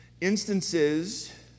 instances